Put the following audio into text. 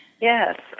Yes